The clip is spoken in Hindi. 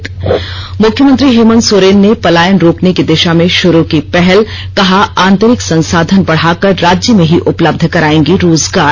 न् मुख्यमंत्री हेमंत सोरेन ने पलायन रोकने की दिषा में शुरू की पहल कहा आंतरिक संसाधन बढ़ाकर राज्य में ही उपलब्ध करायेंगे रोजगार